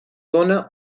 dóna